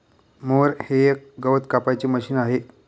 mower हे एक गवत कापायचे मशीन आहे